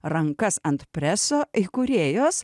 rankas ant preso įkūrėjos